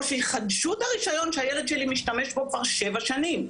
או יחדשו את הרישיון שהילד שלי משתמש בו כבר שבע שנים,